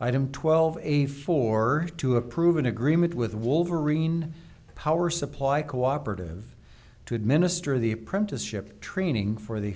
item twelve a four to approve an agreement with wolverine power supply cooperative to administer the apprenticeship training for the